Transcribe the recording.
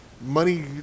money